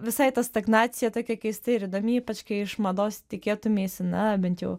visai ta stagnacija tokia keista ir įdomi ypač kai iš mados tikėtumeisi na bent jau